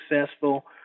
successful